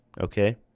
okay